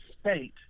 state